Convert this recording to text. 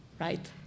right